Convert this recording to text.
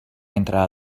entre